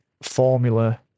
formula